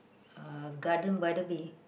uh Garden-by-the-Bay